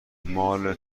مال